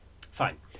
Fine